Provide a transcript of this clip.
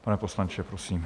Pane poslanče, prosím.